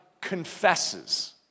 confesses